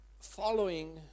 following